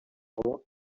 aho